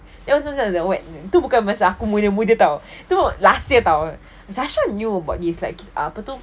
that wasn't like what tu bukan masa aku muda-muda [tau] tu last year [tau] sasha knew about this like apa tu